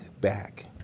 back